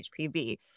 HPV